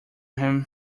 him